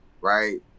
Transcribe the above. right